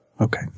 okay